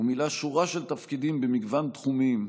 ומילא שורה של תפקידים במגוון תחומים,